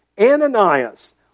Ananias